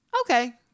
Okay